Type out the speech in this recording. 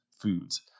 foods